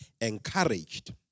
encouraged